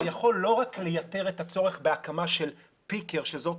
יכול לא רק לייתר את הצורך בהקמה של פיקר שזאת